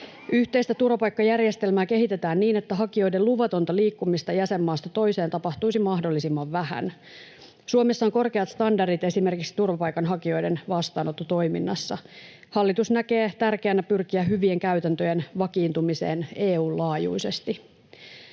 Yhteistä turvapaikkajärjestelmää kehitetään niin, että hakijoiden luvatonta liikkumista jäsenmaasta toiseen tapahtuisi mahdollisimman vähän. Suomessa on korkeat standardit esimerkiksi turvapaikanhakijoiden vastaanottotoiminnassa. Hallitus näkee tärkeänä pyrkiä hyvien käytäntöjen vakiintumiseen EU:n laajuisesti.